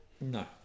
No